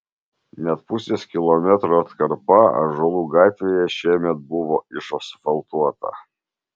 net pusės kilometro atkarpa ąžuolų gatvėje šiemet buvo išasfaltuota